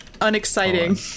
Unexciting